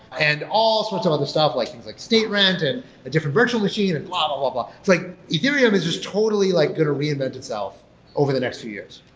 and all sorts of other stuff, like things like state and and different virtual machine and blah blah-blah-blah. it's like ethereum is just totally like going to reinvent itself over the next few years.